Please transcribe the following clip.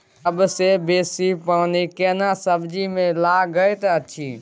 सबसे बेसी पानी केना सब्जी मे लागैत अछि?